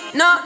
no